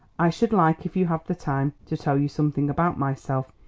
i should like, if you have the time, to tell you something about myself.